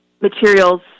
materials